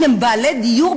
אם הם בעלי דיור,